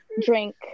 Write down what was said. drink